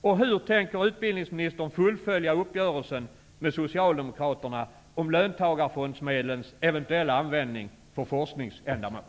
Och hur tänker utbildningsministern fullfölja uppgörelsen med Socialdemokraterna om löntagarfondsmedlens eventuella användning för forskningsändamål?